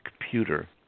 computer